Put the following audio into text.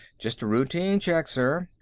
just a routine check, sir.